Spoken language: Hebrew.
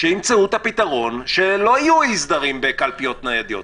שימצאו את הפתרון שלא יהיו אי סדרים בקלפיות ניידות.